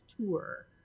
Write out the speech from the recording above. tour